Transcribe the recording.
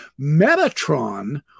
Metatron